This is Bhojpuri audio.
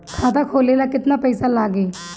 खाता खोले ला केतना पइसा लागी?